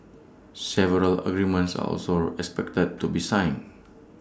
several agreements are also expected to be signed